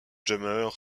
demeure